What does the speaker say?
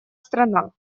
страна